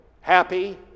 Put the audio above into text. happy